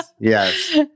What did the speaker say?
Yes